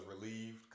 relieved